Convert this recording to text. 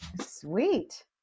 Sweet